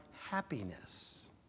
happiness